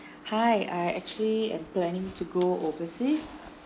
hi I actually am planning to go overseas